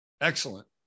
Excellent